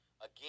again